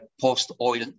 post-oil